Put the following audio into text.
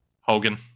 Hogan